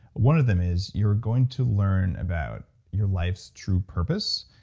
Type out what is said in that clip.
one of them is you're going to learn about your life's true purpose,